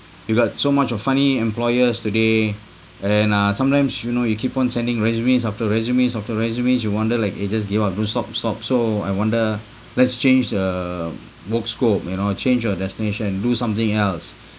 you've got so much of funny employers today and uh sometimes you know you keep on sending resumes after resumes after resumes you wonder like eh just give up don't stop stop so I wonder let's change the work scope you know change your destination do something else